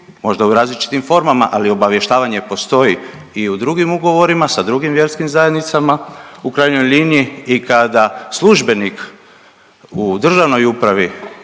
možda u različitim formama, ali obavještavanje postoji i u drugim ugovorima sa drugim vjerskim zajednicama. U krajnjoj liniji i kada službenik u državnoj upravi